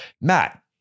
Matt